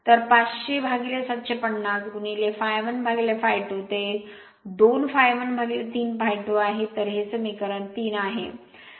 तर 500 750 ∅1 ∅2 ते 2 ∅1 3 ∅ 2 आहे तर हे समीकरण 3 आहे